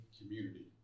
community